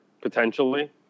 potentially